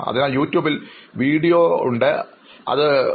അതിനാൽ യൂട്യൂബിൽ വീഡിയോകൾ വഴി ഇവയെല്ലാം മനസ്സിലാക്കാൻ ശ്രമിക്കും